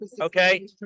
okay